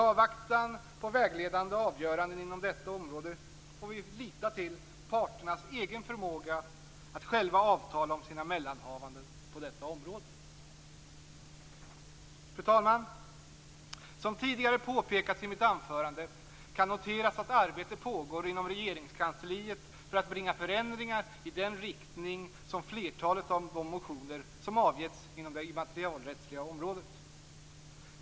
I avvaktan på vägledande avgöranden inom detta område får vi lita till parternas egen förmåga att avtala om sina mellanhavanden på detta område. Fru talman! Som tidigare påpekats i mitt anförande pågår ett arbete inom Regeringskansliet för att bringa förändringar i den riktning som framgår i flertalet av de motioner som avgetts inom det immaterialrättsliga området.